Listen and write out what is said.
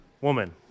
woman